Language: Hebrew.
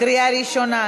בקריאה ראשונה.